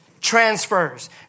transfers